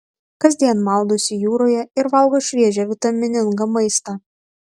kasdien maudosi jūroje ir valgo šviežią vitaminingą maistą